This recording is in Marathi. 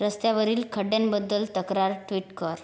रस्त्यावरील खड्ड्यांबद्दल तक्रार ट्विट कर